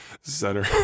Center